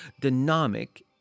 dynamic